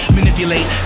Manipulate